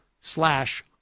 slash